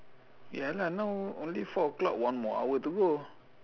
ya lah now only four o'clock one more hour to go